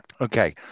Okay